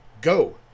Go